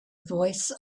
voice